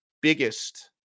biggest